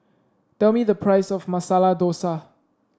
tell me the price of Masala Dosa